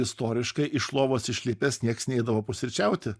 istoriškai iš lovos išlipęs nieks neidavo pusryčiauti